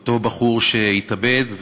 אותו בחור שהתאבד,